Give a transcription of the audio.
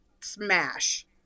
smash